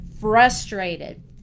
frustrated